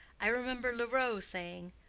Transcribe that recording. i remember leroux saying,